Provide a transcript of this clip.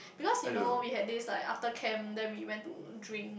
because you know we had this like after camp then we went to drink